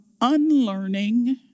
unlearning